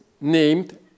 named